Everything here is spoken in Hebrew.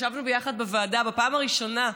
ישבנו ביחד בוועדה בפעם הראשונה.